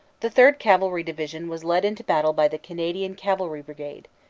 the third cavalry division was led into battle by the canadian cavalry brigade,